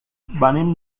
venim